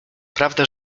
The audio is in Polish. prawda